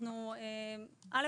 לא.